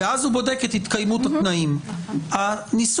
ואז